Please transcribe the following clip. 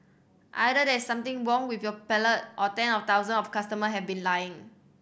either there is something wrong with your palate or ten of thousand of my customer have been lying